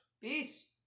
Peace